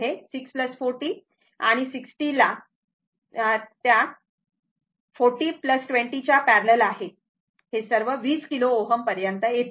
तर 6 40 आणि 60 त्या 40 20 च्या पॅरलल आहेत हे सर्व 20 किलो Ω पर्यंत येते